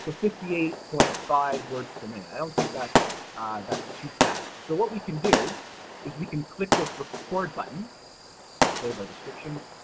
fifty eight point five words per minute. i don't think that's that's too fast. so what we can do is we can click this record button save our descriptions,